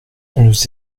nous